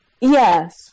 Yes